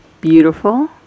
beautiful